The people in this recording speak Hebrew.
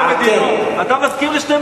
שרשרת של מתקני התפלה כדי לתת מענה למשבר.